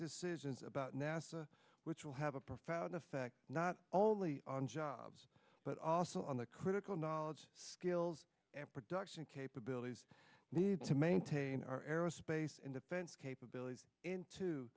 decisions about nasa which will have a profound effect not only on jobs but also on the critical knowledge skills and production capabilities need to maintain our aerospace and defense capabilities into